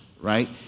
right